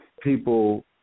people